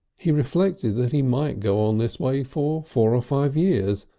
he reflected that he might go on this way for four or five years,